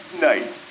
night